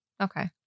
Okay